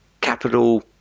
capital